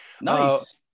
Nice